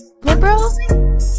liberal